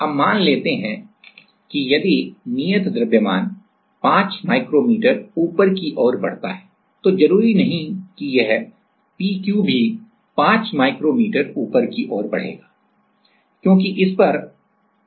अब मान लेते हैं कि यदि नियत द्रव्यमान proof mass proof mass 5 micrometer ऊपर की ओर बढ़ता है तो जरूरी नहीं कि यह p q भी 5 माइक्रो मीटर ऊपर की ओर बढ़ेगा क्योंकि इस पर वही बल नहीं लगा है